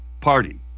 party